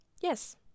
Yes